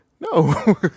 no